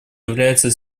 является